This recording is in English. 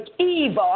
evil